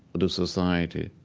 the society,